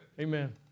Amen